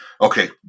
okay